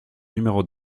numéro